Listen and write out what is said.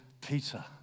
Peter